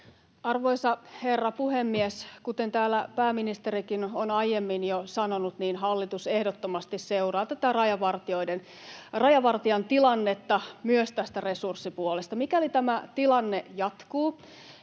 Arvoisa herra puhemies! Kuten täällä pääministerikin on aiemmin jo sanonut, hallitus ehdottomasti seuraa tätä rajavartijatilannetta myös tältä resurssipuolelta. Mikäli tämä tilanne jatkuu